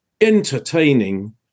entertaining